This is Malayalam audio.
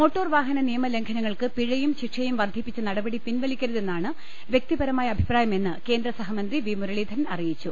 മോട്ടോർവാഹ്ന നിയമലംഘനങ്ങൾക്ക് പിഴയും ശിക്ഷയും വർധിപ്പിച്ച നടപട്ടി പിൻവലിക്കരുതെന്നാണ് വ്യക്തിപരമായ അഭി പ്രായമെന്ന് കേന്ദ്രസഹമന്ത്രി വി മുരളീധരൻ അറിയിച്ചു